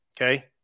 Okay